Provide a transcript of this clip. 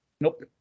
nope